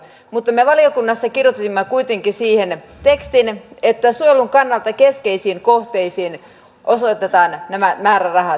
mutta me valiokunnassa kirjoitimme kuitenkin siihen tekstin että suojelun kannalta keskeisiin kohteisiin osoitetaan nämä määrärahat sitten